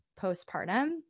postpartum